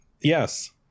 Yes